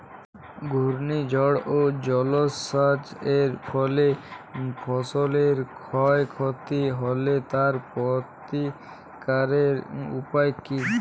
ঘূর্ণিঝড় ও জলোচ্ছ্বাস এর ফলে ফসলের ক্ষয় ক্ষতি হলে তার প্রতিকারের উপায় কী?